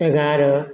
एगारह